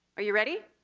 are you ready?